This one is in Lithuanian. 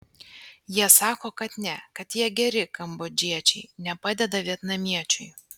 jie sako kad ne kad jie geri kambodžiečiai nepadeda vietnamiečiui